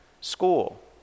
school